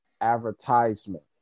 advertisement